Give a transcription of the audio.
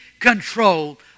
control